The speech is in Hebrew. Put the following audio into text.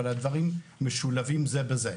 אבל הדברים משולבים זה בזה.